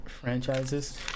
franchises